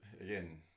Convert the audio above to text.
again